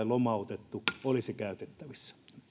lomautettu olisi käytettävissä